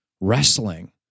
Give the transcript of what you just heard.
wrestling